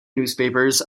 newspapers